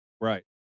right